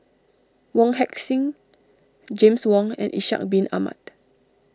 Wong Heck Sing James Wong and Ishak Bin Ahmad